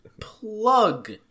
plug